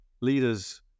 Leaders